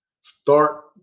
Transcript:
start